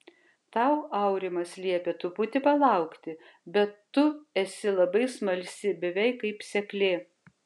tau aurimas liepė truputį palaukti bet tu esi labai smalsi beveik kaip seklė